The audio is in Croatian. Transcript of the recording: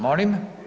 Molim?